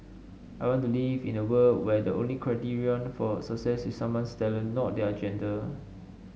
I want to live in a world where the only criterion for success is someone's talent not their gender